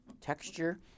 texture